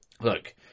Look